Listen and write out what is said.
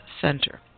Center